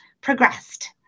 progressed